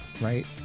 right